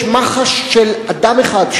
יש מח"ש של אדם אחד,